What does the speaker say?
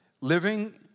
Living